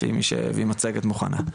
לפי מי שהביא מצגת מוכנה לדיון.